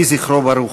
יהי זכרו ברוך.